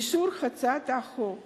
אישור הצעת החוק